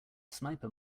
sniper